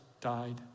died